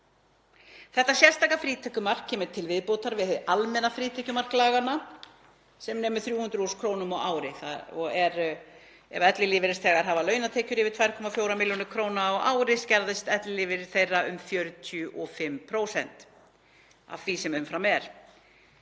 Þetta sérstaka frítekjumark kemur til viðbótar við hið almenna frítekjumark laganna sem nemur 300.000 kr. á ári. Ef ellilífeyrisþegar hafa launatekjur yfir 2.400.000 kr. á ári skerðist ellilífeyrir þeirra um 45% af því sem umfram er.